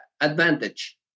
advantage